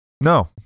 no